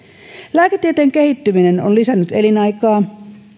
lääketieteen kehittyminen on lisännyt elinaikaa